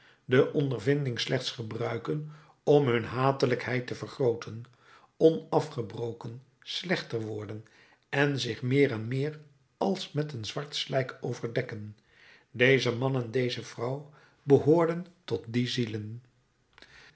de ondervinding slechts gebruiken om hun hatelijkheid te vergrooten onafgebroken slechter worden en zich meer en meer als met een zwart slijk overdekken deze man en deze vrouw behoorden tot die zielen